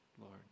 Lord